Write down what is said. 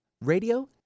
radio